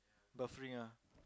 buffering ah